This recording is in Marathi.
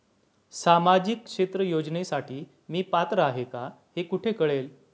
सामाजिक क्षेत्र योजनेसाठी मी पात्र आहे का हे कुठे कळेल?